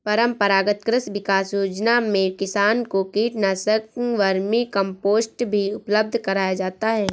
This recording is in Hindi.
परम्परागत कृषि विकास योजना में किसान को कीटनाशक, वर्मीकम्पोस्ट भी उपलब्ध कराया जाता है